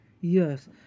Yes